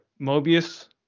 Mobius